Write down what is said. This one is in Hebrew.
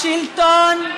השלטון,